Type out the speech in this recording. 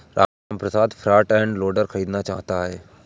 Ramprasad front end loader खरीदना चाहता है